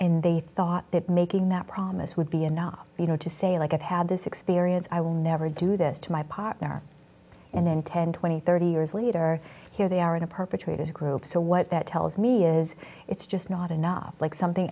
and they thought that making that promise would be enough you know to say like i've had this experience i will never do this to my partner and then ten twenty thirty years later here they are in a perpetrated group so what that tells me is it's just not enough like something